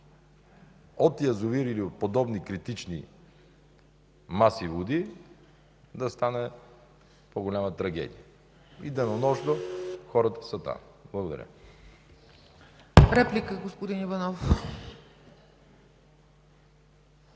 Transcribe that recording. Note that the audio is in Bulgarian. от язовири или от подобни критични маси води да стане по-голяма трагедия и денонощно хората са там. Благодаря.